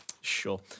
Sure